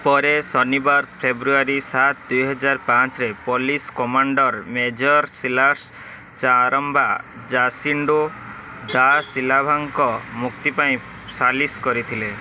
ପରେ ଶନିବାର ଫେବୃଆରୀ ସାତ ଦୁଇ ହଜାର ପାଞ୍ଚରେ ପୋଲିସ୍ କମାଣ୍ଡର୍ ମେଜର୍ ସିଲ୍ଲାର୍ସ୍ ଚାରାମ୍ବା ଜାସିଣ୍ଡୋ ଦା ସିଲ୍ଭାଙ୍କ ମୁକ୍ତି ପାଇଁ ସାଲିସ୍ କରିଥିଲେ